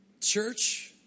Church